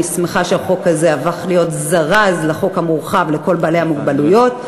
אני שמחה שהחוק הזה הפך להיות זרז לחוק המורחב לכל בעלי המוגבלויות.